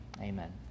amen